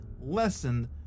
lessened